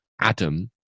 Adam